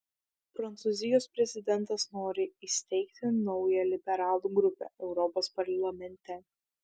prancūzijos prezidentas nori įsteigti naują liberalų grupę europos parlamente